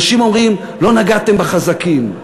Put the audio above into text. אנשים אומרים: לא נגעתם בחזקים.